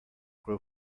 grow